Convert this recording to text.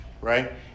right